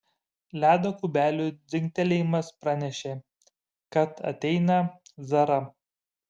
ledo kubelių dzingtelėjimas pranešė kad ateina zara